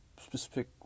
specific